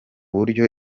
buryo